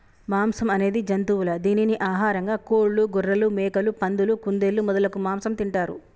మాంసం అనేది జంతువుల దీనిని ఆహారంగా కోళ్లు, గొఱ్ఱెలు, మేకలు, పందులు, కుందేళ్లు మొదలగు మాంసం తింటారు